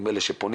עם אלה שפונים,